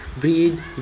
breed